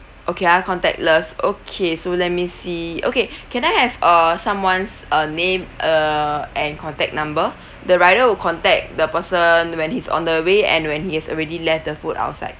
okay ah contactless okay so let me see okay can I have uh someone's uh name err and contact number the rider will contact the person when he's on the way and when he's already left the food outside